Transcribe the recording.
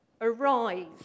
Arise